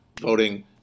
voting